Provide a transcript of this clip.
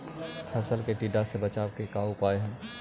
फ़सल के टिड्डा से बचाव के का उपचार है?